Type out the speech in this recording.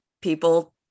people